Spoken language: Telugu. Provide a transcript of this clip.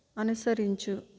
అనుసరించు